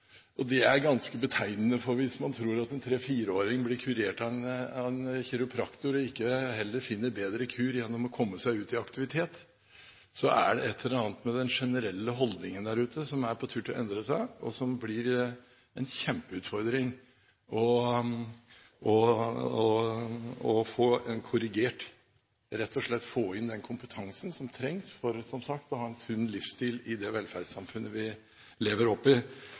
og ryggproblemer. Det er ganske betegnende. Hvis man tror at en treåring eller en fireåring blir kurert av en kiropraktor, at man ikke heller finner en bedre kur gjennom å komme seg ut i aktivitet, er det et eller annet med den generelle holdningen der ute som er i ferd med å endre seg, og som blir en kjempeutfordring å få korrigert – rett og slett ved å få inn den kompetansen som trengs for, som sagt, å ha en sunn livsstil i det velferdssamfunnet vi lever i.